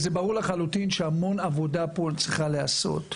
ברור לחלוטין שהמון עבודה צריכה להיעשות פה.